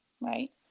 right